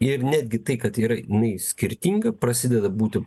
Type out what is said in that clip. ir netgi tai kad yra jinai skirtinga prasideda būti